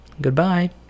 Goodbye